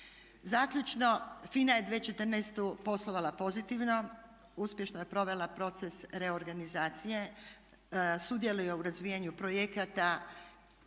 Zaključno. FINA je 2014. poslovala pozitivno, uspješno je provela proces reorganizacije, sudjeluje u razvijanju projekata